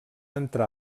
entrar